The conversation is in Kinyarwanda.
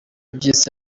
by’isi